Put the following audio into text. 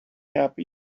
happy